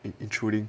intruding